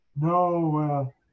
No